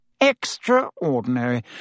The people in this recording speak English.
Extraordinary